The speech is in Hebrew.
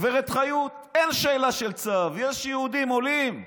גב' חיות, אין שאלה של צו, יש יהודים עולים.